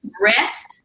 rest